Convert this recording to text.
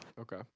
Okay